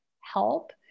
help